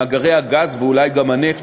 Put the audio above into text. מאגרי הגז ואולי גם הנפט,